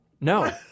No